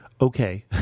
Okay